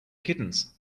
kittens